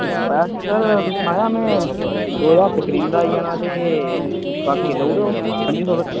पैसे सर तुस सनाया हा में दो ज्हार स्क्रीन दा आई जाना ते बाकी देई ओड़ेओ पं'जी सौ तक्कर